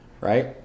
Right